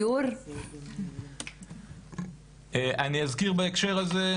4,000. אני אזכיר בהקשר הזה,